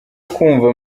kumva